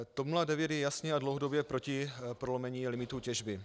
TOP 09 je jasně a dlouhodobě proti prolomení limitů těžby.